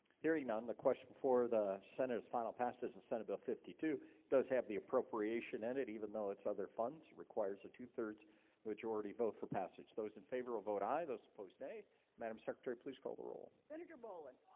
hearing on the question before the senators final passage of senate bill fifty two does have the appropriation and it even though it's other funds requires a two-thirds which already vote for passage those in favor will vote aye those opposed nay madam secretary, please call the roll senator boland